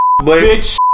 bitch